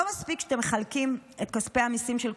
לא מספיק שאתם מחלקים את כספי המיסים של כולנו,